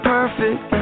perfect